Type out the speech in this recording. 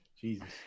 Jesus